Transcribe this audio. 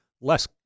less